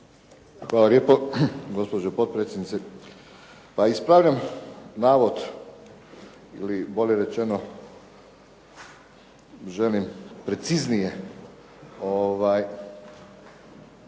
Hvala lijepa, gospođo potpredsjednice. Pa ispravljam navod, ili bolje rečeno želim preciznije